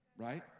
Right